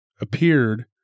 appeared